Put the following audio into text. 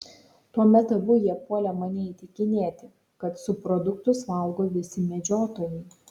tuomet abu jie puolė mane įtikinėti kad subproduktus valgo visi medžiotojai